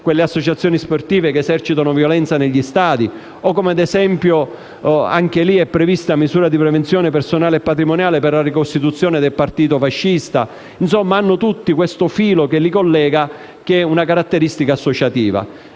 alle associazioni sportive che esercitano violenza negli stadi, oppure, ad esempio, è prevista misura di prevenzione personale e patrimoniale per la ricostituzione del partito fascista. Insomma tutti sono collegati da questo filo che è la caratteristica associativa.